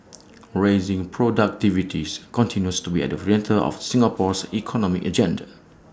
raising productivities continues to be at the centre of Singapore's economic agenda